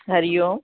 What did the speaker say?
Hari Om